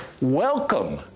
Welcome